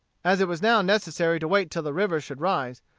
as it was now necessary to wait till the river should rise,